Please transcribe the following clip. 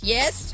Yes